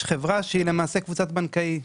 יש חברה שהיא למעשה קבוצת בנקאי.